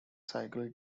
cycle